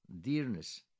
dearness